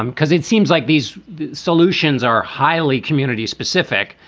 um because it seems like these solutions are highly community specific.